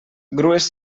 grues